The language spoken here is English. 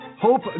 Hope